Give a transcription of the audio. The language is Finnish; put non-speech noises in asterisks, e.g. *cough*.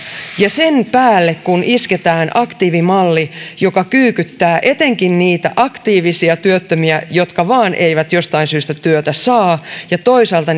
ja sen päälle kun isketään aktiivimalli joka kyykyttää etenkin niitä aktiivisia työttömiä jotka vain eivät jostain syystä työtä saa ja toisaalta *unintelligible*